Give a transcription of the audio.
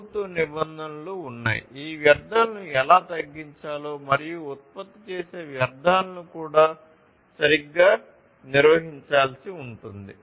ప్రభుత్వ నిబంధనలు ఉన్నాయి ఈ వ్యర్ధాలను ఎలా తగ్గించాలో మరియు ఉత్పత్తి చేసే వ్యర్ధాలను కూడా సరిగ్గా నిర్వహించాల్సి ఉంటుంది